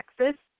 Texas